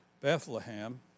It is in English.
Bethlehem